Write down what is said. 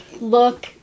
Look